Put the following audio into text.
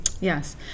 yes